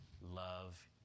love